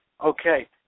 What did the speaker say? Okay